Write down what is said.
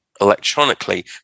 electronically